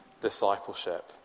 discipleship